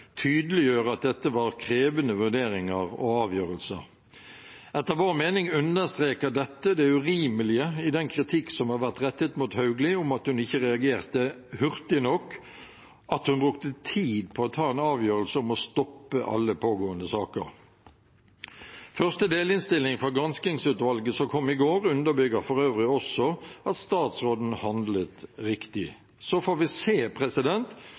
at dette var krevende vurderinger og avgjørelser. Etter vår mening understreker dette det urimelige i den kritikk som har vært rettet mot statsråd Hauglie om at hun ikke reagerte hurtig nok – at hun brukte tid på å ta en avgjørelse om å stoppe alle pågående saker. Første delinnstilling fra granskingsutvalget, som kom i går, underbygger for øvrig også at statsråden handlet riktig. Så får vi se